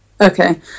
Okay